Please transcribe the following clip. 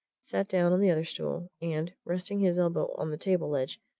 sat down on the other stool, and, resting his elbow on the table ledge,